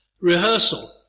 rehearsal